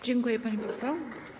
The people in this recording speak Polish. Dziękuję, pani poseł.